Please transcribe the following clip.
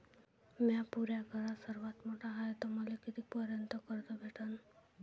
म्या पुऱ्या घरात सर्वांत मोठा हाय तर मले किती पर्यंत कर्ज भेटन?